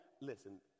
Listen